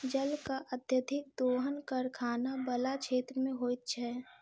जलक अत्यधिक दोहन कारखाना बला क्षेत्र मे होइत छै